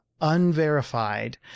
unverified